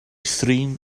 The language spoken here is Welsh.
thrin